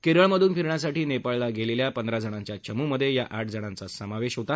केरळमधून फिरण्यासाठी नेपाळला गेलेल्या पंधरा जणांच्या चमूमध्ये या आठ जणांचा समावेश होता